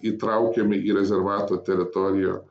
įtraukiam į rezervato teritoriją